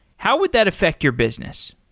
how would that affect your business?